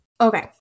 Okay